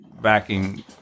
backing